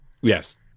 Yes